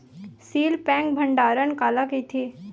Seal pack भंडारण काला कइथे?